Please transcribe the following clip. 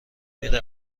میره